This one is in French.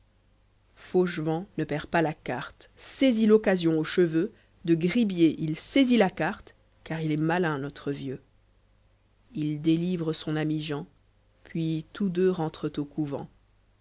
fauchevent no perd pas la carte saisit l'occasion aux cheveux de gribier il saisit la carte car il est malin notre vieux il délivre son ami jean puis tous deux rentrent au couvent